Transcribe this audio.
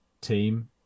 team